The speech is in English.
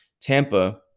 Tampa